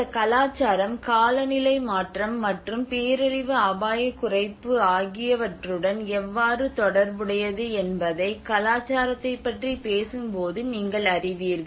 இந்த கலாச்சாரம் காலநிலை மாற்றம் மற்றும் பேரழிவு அபாயக் குறைப்பு ஆகியவற்றுடன் எவ்வாறு தொடர்புடையது என்பதை கலாச்சாரத்தைப் பற்றி பேசும்போது நீங்கள் அறிவீர்கள்